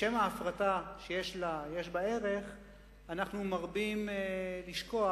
בשם ההפרטה שיש בה ערך אנחנו מרבים לשכוח